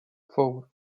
four